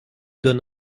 donne